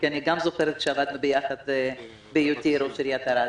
כי אני גם זוכרת שעבדנו ביחד בהיותי ראש עיריית ערד.